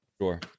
Sure